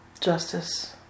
justice